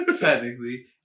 Technically